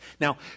Now